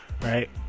right